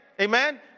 Amen